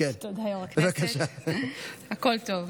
הכול טוב.